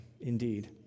indeed